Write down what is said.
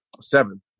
seven